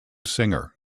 singer